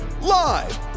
Live